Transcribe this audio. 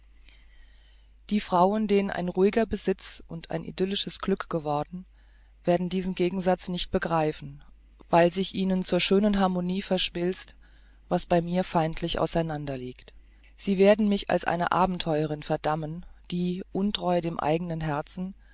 die frauen denen ein ruhiger besitz und ein idyllisches glück geworden werden diesen gegensatz nicht begreifen weil sich ihnen zu schöner harmonie verschmilzt was bei mir feindlich auseinander liegt sie werden mich als eine abentheuerin verdammen die untreu dem eignen herzen